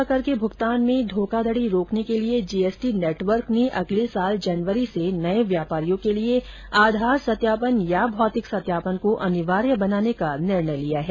वस्त् और सेवा कर के भूगतान में घोखाधड़ी रोकने के लिए जीएसटी नेटवर्क ने अगले साल जनवरी से नए व्यापारियों के लिए आधार सत्यापन या भौतिक सत्यापन को अनिवार्य बनाने का निर्णय लिया है